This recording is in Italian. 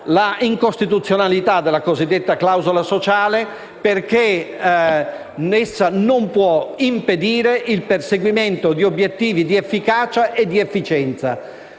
l'incostituzionalità della cosiddetta clausola sociale, perché essa non può impedire il perseguimento di obiettivi di efficacia e di efficienza;